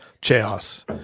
chaos